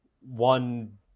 one